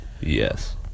Yes